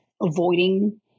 avoiding